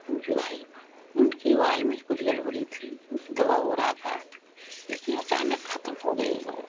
उनकी वाइफ उनकी वाल में कुछ गड़बड़ी थी दवा हो रहा था लेकिन अचानक ख़त्म हो गई वह